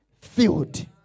filled